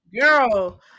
Girl